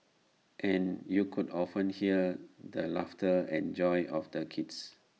and you could often hear the laughter and joy of the kids